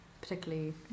particularly